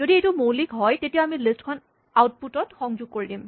যদি এইটো মৌলিক হয় তেতিয়া আমি লিষ্ট খন আউটপুট ত সংযোগ কৰি দিম